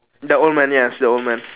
the old man yes the old man